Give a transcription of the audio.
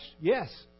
Yes